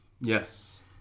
Yes